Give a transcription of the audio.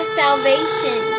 salvation